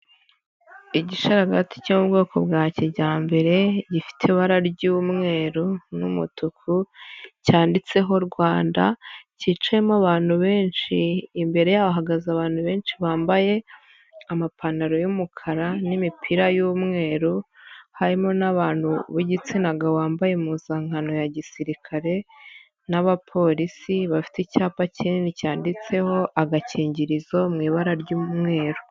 Igisharagati cyo mu bwoko bwa kijyambere, gifite ibara ry'umweru n'umutuku, cyanditseho " Rwanda", cyicayemo abantu benshi, imbere yaho hahagaze abantu benshi bambaye amapantaro y'umukara n'imipira y'umweru, harimo n'abantu b'igitsina gabo bambaye impuzankano ya gisirikare, n'abapolisi bafite icyapa kinini cyanditseho agakingirizo mu ibara ry'umweru.